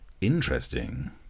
interesting